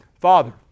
Father